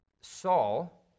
Saul